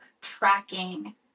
tracking